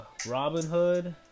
Robinhood